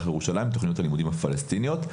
ירושלים תוכניות הלימודים הפלסטיניות.